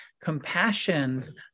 compassion